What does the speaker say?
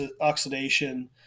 oxidation